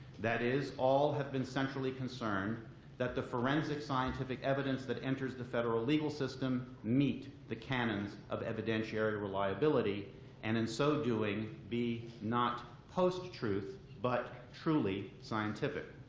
that is, all have been centrally concerned that the forensic scientific evidence that enters the federal legal system meet the canons of evidentiary reliability and in so doing, be not post-truth, but truly scientific.